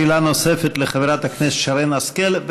שאלה נוספת לחברת הכנסת שרן השכל,